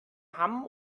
hamm